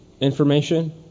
information